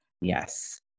Yes